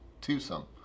twosome